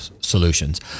solutions